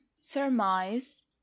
surmise